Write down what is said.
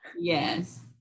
Yes